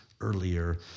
Earlier